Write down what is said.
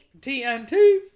TNT